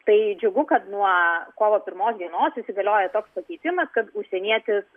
tai džiugu kad nuo kovo pirmos dienos įsigalioja toks pakeitimas kad užsienietis